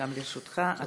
גם לרשותך עד שלוש דקות.